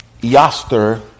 Yaster